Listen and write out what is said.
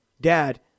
Dad